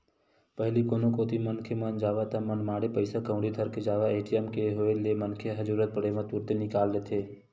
पहिली कोनो कोती मनखे मन जावय ता मनमाड़े पइसा कउड़ी धर के जावय ए.टी.एम के होय ले मनखे ह जरुरत पड़े म तुरते निकाल लेथे